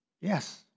Yes